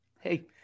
hey